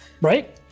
Right